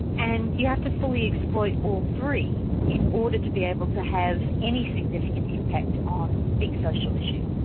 and you have to fully exploit all three in order to be able to have any significant impact on big social issues.